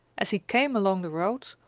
as he came along the road,